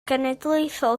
genedlaethol